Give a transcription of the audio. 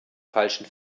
falschen